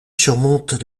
surmonte